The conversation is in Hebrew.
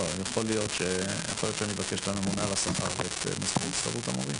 יכול להיות שאני אבקש את הממונה על השכר ואת מזכיר הסתדרות המורים